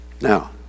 Now